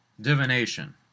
divination